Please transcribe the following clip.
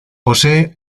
posee